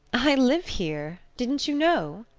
i live here. didn't you know?